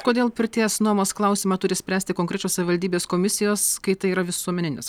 kodėl pirties nuomos klausimą turi spręsti konkrečios savivaldybės komisijos kai tai yra visuomeninis